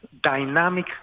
dynamic